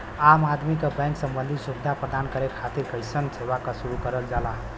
आम आदमी क बैंक सम्बन्धी सुविधा प्रदान करे खातिर अइसन सेवा क शुरू करल जाला